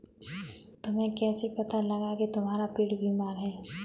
तुम्हें कैसे पता लगा की तुम्हारा पेड़ बीमार है?